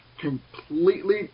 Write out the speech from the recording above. completely